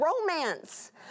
romance